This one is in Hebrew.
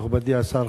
מכובדי השר,